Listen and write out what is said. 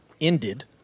ended